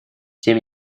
тем